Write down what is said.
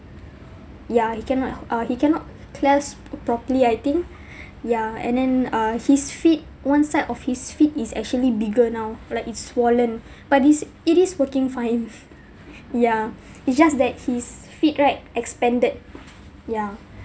ya he cannot uh he cannot clasp properly I think ya and then uh his feet one side of his feet is actually bigger now like it's swollen but this it is working fine ya it's just that his feet right expanded ya